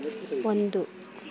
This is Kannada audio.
ಒಂದು